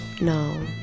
No